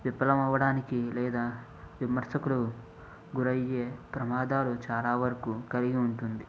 విఫలం అవ్వడానికి లేదా విమర్శకులు గురయ్యే ప్రమాదాలు చాలావరకు కలిగుంటుంది